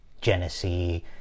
Genesee